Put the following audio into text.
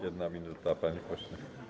1 minuta, panie pośle.